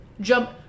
jump